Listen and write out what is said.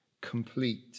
complete